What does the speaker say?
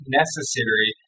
necessary